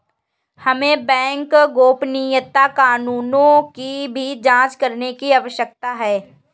हमें बैंक गोपनीयता कानूनों की भी जांच करने की आवश्यकता है